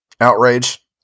outrage